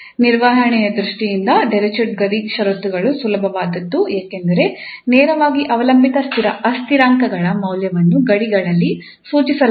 ನಿರ್ವಹಣೆಯ ದೃಷ್ಟಿಯಿಂದ ಡಿರಿಚ್ಲೆಟ್ ಗಡಿ ಷರತ್ತುಗಳು ಸುಲಭವಾದದ್ದು ಏಕೆಂದರೆ ನೇರವಾಗಿ ಅವಲಂಬಿತ ಅಸ್ಥಿರಾಂಕಗಳ ಮೌಲ್ಯವನ್ನು ಗಡಿಗಳಲ್ಲಿ ಸೂಚಿಸಲಾಗುತ್ತದೆ